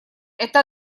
это